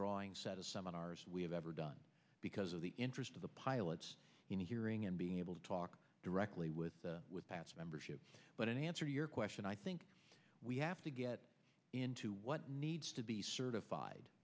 drawing set of seminars we have ever done because of the interest of the pilots in the hearing and being able to talk directly with the membership but in answer to your question i think we have to get into what needs to be certified